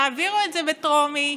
תעבירו את זה בטרומית.